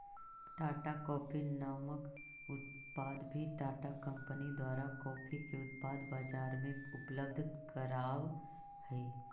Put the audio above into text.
Tata coffee नामक उत्पाद भी टाटा कंपनी द्वारा कॉफी के उत्पाद बजार में उपलब्ध कराब हई